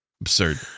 Absurd